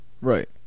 Right